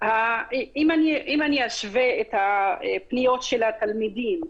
אם אני אשווה את הפניות של התלמידים,